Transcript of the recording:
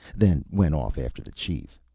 then went off after the chief.